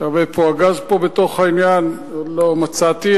איפה הגז פה בתוך העניין עוד לא מצאתי,